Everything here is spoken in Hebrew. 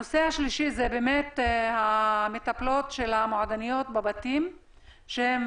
הנושא השלישי זה המטפלות של המועדוניות בבתים שהן